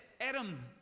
Adam